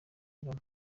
kagame